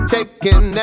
Taking